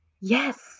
yes